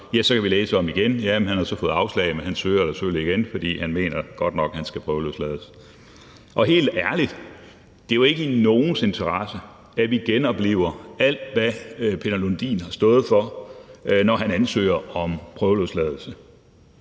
kan vi igen læse om det: Ja, han har fået afslag, men han søger selvfølgelig igen, fordi han mener godt nok, at han skal prøveløslades. Og helt ærligt: Det er jo ikke i nogens interesse, at vi genoplever alt, hvad Peter Lundin har stået for, når han ansøger om prøveløsladelse.